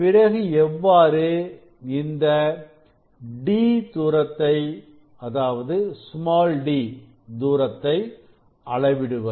பிறகு எவ்வாறு இந்த d தூரத்தை அளவிடுவது